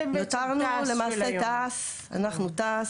אנחנו תעש,